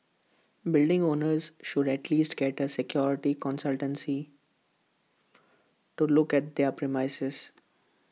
building owners should at least get A security consultancy to look at their premises